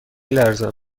لرزم